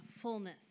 fullness